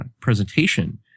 presentation